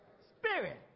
Spirit